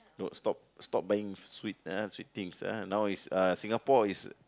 no stop stop buying sweet ah sweet things ah now is uh Singapore is